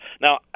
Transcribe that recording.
Now